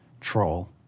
troll